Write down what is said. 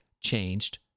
changed